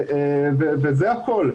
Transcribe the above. זה הכול.